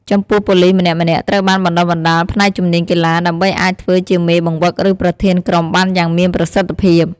ចំពោះប៉ូលីសម្នាក់ៗត្រូវបានបណ្តុះបណ្តាលផ្នែកជំនាញកីឡា ដើម្បីអាចធ្វើជាមេបង្វឹកឬប្រធានក្រុមបានយ៉ាងមានប្រសិទ្ធិភាព។